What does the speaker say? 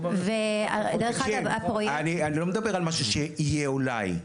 תקשיב, אני לא מדבר על משהו שיהיה אולי,